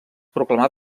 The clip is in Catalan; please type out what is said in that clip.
proclamà